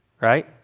right